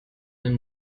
eine